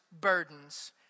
burdens